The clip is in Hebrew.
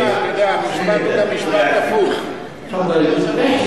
אדוני היושב-ראש,